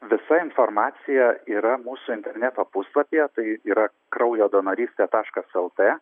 visa informacija yra mūsų interneto puslapyje tai yra kraujo donorystė taškas lt